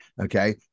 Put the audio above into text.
okay